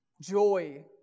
joy